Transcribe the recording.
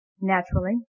naturally